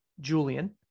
Julian